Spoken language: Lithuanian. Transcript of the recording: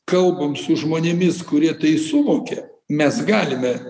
kalbam su žmonėmis kurie tai suvokia mes galime